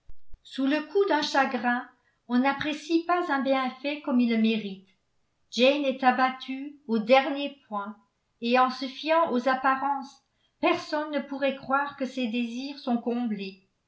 sous le coup d'un grand chagrin on n'apprécie pas un bienfait comme il le mérite jane est abattue au dernier point et en se fiant aux apparences personne ne pourrait croire que ses désirs sont comblés